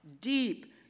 deep